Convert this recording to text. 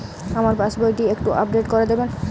আমার পাসবই টি একটু আপডেট করে দেবেন?